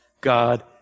God